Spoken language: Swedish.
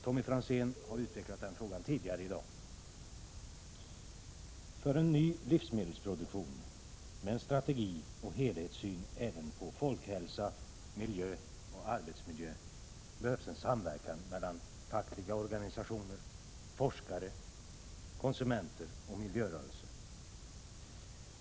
Tommy Franzén har dessutom utvecklat frågan tidigare i dag. För en ny livsmedelsproduktion med en strategi och helhetssyn även på folkhälsa, miljö och arbetsmiljö behövs en samverkan mellan fackliga organisationer, forskare, konsumenter och miljörörelse.